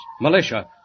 Militia